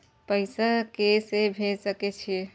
पैसा के से भेज सके छी?